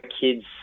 kids